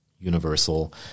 universal